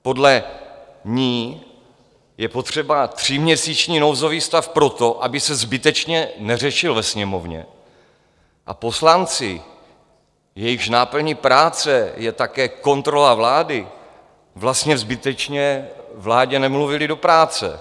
Podle ní je potřeba tříměsíční nouzový stav proto, aby se zbytečně neřešil ve Sněmovně a poslanci, jejichž náplní práce je také kontrola vlády, vlastně zbytečně vládě nemluvili do práce.